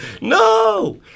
no